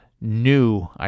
new